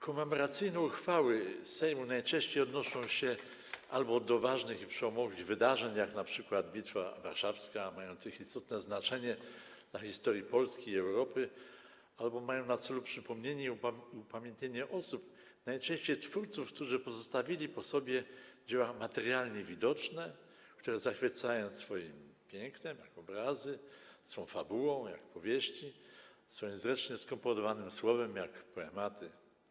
Komemoracyjne uchwały Sejmu najczęściej odnoszą się albo do ważnych i przełomowych wydarzeń, jak np. Bitwa Warszawska, mających istotne znaczenie dla historii Polski i Europy, albo mają na celu przypomnienie i upamiętnienie osób, najczęściej twórców, którzy pozostawili po sobie dzieła materialnie widoczne, które zachwycają swoim pięknem, jak obrazy, swoją fabułą, jak powieści, swoim zręcznie skomponowanym słowem, jak poematy.